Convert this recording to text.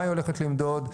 מה היא הולכת למדוד.